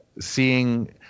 seeing